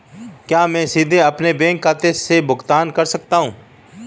क्या मैं सीधे अपने बैंक खाते से भुगतान कर सकता हूं?